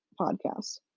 podcast